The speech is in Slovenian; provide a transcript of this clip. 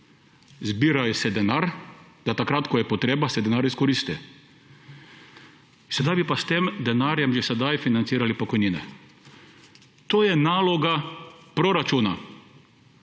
Zbira se denar, da se takrat, ko je potreba, denar izkoristi. Zdaj bi pa s tem denarjem že sedaj financirali pokojnine. To je naloga proračuna.